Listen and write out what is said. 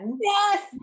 Yes